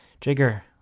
jigger